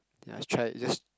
ya try it just